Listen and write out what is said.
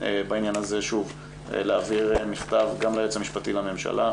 בעניין הזה להעביר מכתב גם ליועץ המשפטי לממשלה,